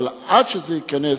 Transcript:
אבל עד שזה ייכנס,